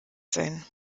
sein